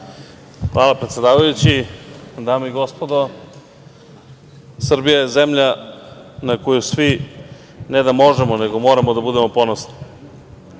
Hvala predsedavajući. Dame i gospodo, Srbija je zemlja na koju svi ne da možemo, nego moramo da budemo ponosni,